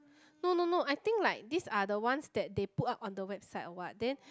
no no no I think like these are the ones they put up on the website or what then